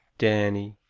danny,